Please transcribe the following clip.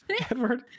edward